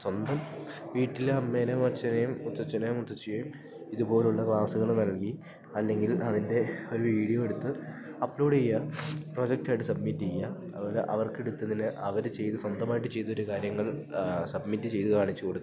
സ്വന്തം വീട്ടിലെ അമ്മയേയും അച്ഛനേയും മുത്തച്ഛനേയും മുത്തശ്ശിയേയും ഇതുപോലുള്ള ക്ലാസ്സുകൾ നൽകി അല്ലെങ്കിൽ അതിൻ്റെ ഒരു വീഡിയോ എടുത്ത് അപ്ലോഡ് ചെയ്യുക പ്രോജക്റ്റായിട്ട് സബ്മിറ്റ് ചെയ്യുക അതുപോലെ അവർക്കെടുത്തതിന് അവർ ചെയ്തു സ്വന്തമായിട്ട് ചെയ്തൊരു കാര്യങ്ങൾ സബ്മിറ്റ് ചെയ്ത് കാണിച്ചു കൊടുക്കുക